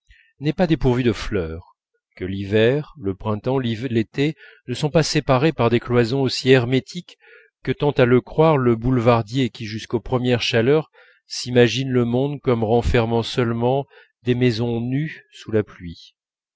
n'est pas dépourvu de fleurs que l'hiver le printemps l'été ne sont pas séparés par des cloisons aussi hermétiques que tend à le croire le boulevardier qui jusqu'aux premières chaleurs s'imagine le monde comme renfermant seulement des maisons nues sous la pluie